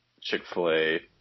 Chick-fil-A